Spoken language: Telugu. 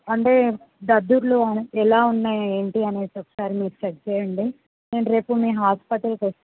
అంటే దద్దుర్లు ఎలా ఉన్నాయి ఏంటి అనేసి ఒకసారి మీరు చెక్ చేయండి నేను రేపు మీ హాస్పిటల్కి వస్తే